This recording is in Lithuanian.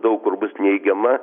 daug kur bus neigiama